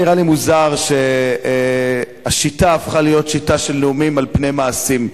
נראה לי מוזר שהשיטה הפכה להיות שיטה של נאומים על פני מעשים.